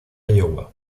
iowa